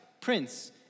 Prince